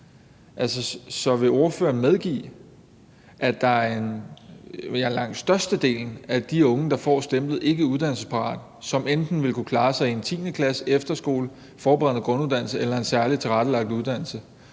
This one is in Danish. Så vil ordføreren medgive, at langt størstedelen af de unge, der får stemplet som ikke uddannelsesparate, enten vil kunne klare sig i en 10. klasse, på en efterskole, en forberedende grunduddannelse eller en særligt tilrettelagt uddannelse,